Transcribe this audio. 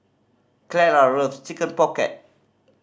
Clara loves Chicken Pocket